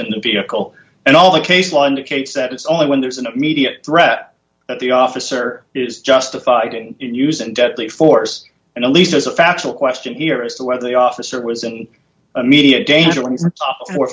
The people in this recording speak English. in the vehicle and all the case law in the case that it's only when there's an immediate threat that the officer is justified in using deadly force and at least there's a factual question here as to whether the officer was an immediate danger